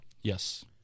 Yes